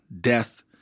death